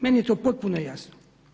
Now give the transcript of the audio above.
Meni je to potpuno jasno.